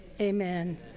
amen